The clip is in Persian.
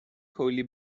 کولی